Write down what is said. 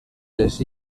les